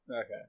Okay